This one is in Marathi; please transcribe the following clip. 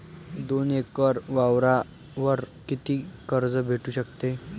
दोन एकर वावरावर कितीक कर्ज भेटू शकते?